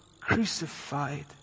crucified